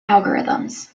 algorithms